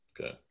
okay